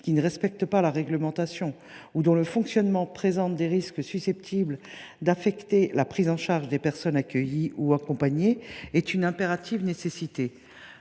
qui ne respectent pas la réglementation ou dont le fonctionnement présente des risques susceptibles d’affecter la prise en charge des personnes accueillies ou accompagnées est une impérative nécessité.